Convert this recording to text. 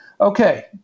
Okay